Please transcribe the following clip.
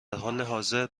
موزه